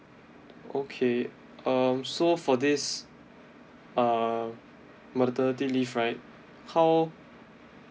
okay um so for this uh maternity leave right how